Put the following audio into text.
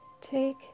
Take